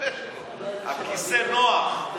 הכיסא נוח.